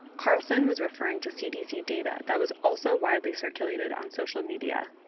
carlson was referring to cdc data that was also widely circulated on social media.